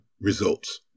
results